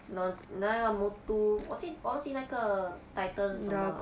那那个 muthu 我记我忘记那个 title 是什么